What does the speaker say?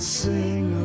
sing